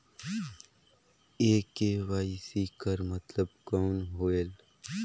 ये के.वाई.सी कर मतलब कौन होएल?